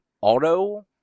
auto